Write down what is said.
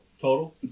Total